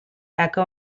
echo